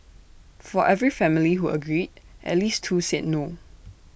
for every family who agreed at least two said no